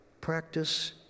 practice